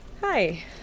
Hi